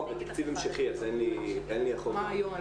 היינו,